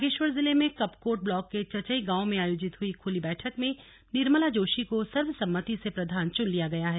बागेश्वर जिले में कपकोट ब्लाक के चचई गांव में आयोजित हुई खुली बैठक में निर्मला जोशी को सर्वसम्मति से प्रधान चुन लिया गया है